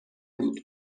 بود